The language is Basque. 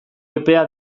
epea